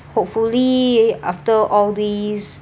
hopefully after all these